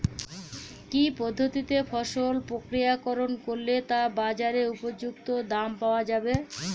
কি পদ্ধতিতে ফসল প্রক্রিয়াকরণ করলে তা বাজার উপযুক্ত দাম পাওয়া যাবে?